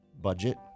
budget